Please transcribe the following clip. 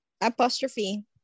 Apostrophe